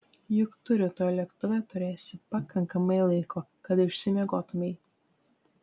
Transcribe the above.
juk tu rytoj lėktuve turėsi pakankamai laiko kad išsimiegotumei